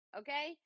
okay